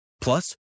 Plus